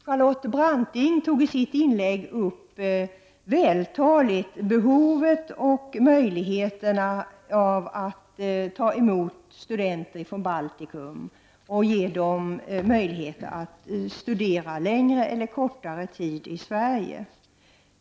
Charlotte Branting tog i sitt inlägg vältaligt upp behovet av och möjligheterna till att ta emot studenter från Baltikum och att ge dem tillfälle att studera längre eller kortare tid i Sverige.